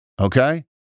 okay